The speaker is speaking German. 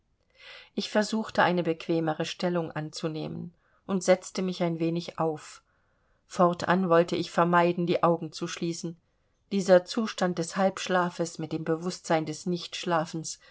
ich versuchte eine bequemere stellung anzunehmen und setzte mich ein wenig auf fortan wollte ich vermeiden die augen zu schließen dieser zustand des halbschlafes mit dem bewußtsein des